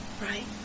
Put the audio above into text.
Right